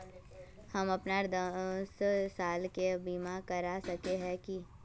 हम अपन दस साल के बीमा करा सके है की?